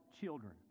children